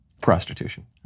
prostitution